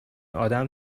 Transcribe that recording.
آدم